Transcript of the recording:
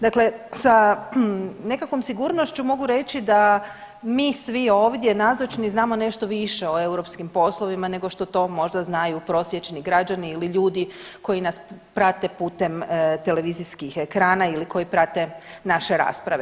Dakle, sa nekakvom sigurnošću mogu reći da mi svi ovdje nazočni znamo nešto više o europskim poslovima, nego što to možda znaju prosječni građani ili ljudi koji nas prate putem televizijskih ekrana ili koji prate naše rasprave.